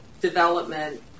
development